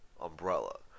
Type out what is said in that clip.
umbrella